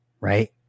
right